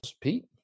Pete